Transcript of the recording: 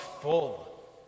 full